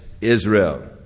Israel